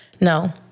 No